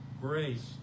grace